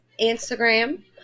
Instagram